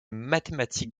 mathématique